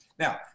Now